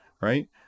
right